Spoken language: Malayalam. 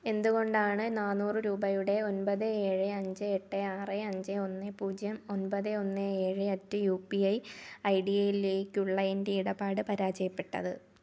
എന്തുകൊണ്ടാണ് നാനൂറു രൂപയുടെ ഒൻപത് ഏഴ് അഞ്ച് എട്ട് ആറ് അഞ്ച് ഒന്ന് പൂജ്യം ഒമ്പത് ഒന്ന് ഏഴ് അറ്റ് യൂ പി ഐ ഐഡിയിലേക്കുള്ള എൻ്റെ ഇടപാട് പരാജയപ്പെട്ടത്